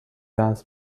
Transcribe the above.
درس